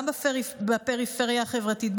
גם בפריפריה החברתית.